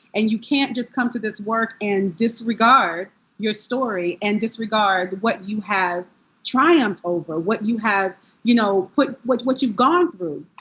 and you can't just come to this work and disregard your story and disregard what you have triumphed over. what you have you know what what you've gone through.